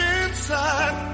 inside